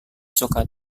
suka